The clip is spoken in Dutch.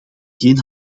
geen